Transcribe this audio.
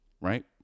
right